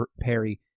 Perry